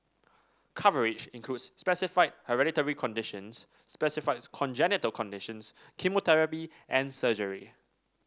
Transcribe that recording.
coverage includes specified hereditary conditions specified congenital conditions chemotherapy and surgery